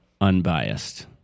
unbiased